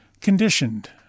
conditioned